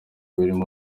birimo